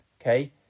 okay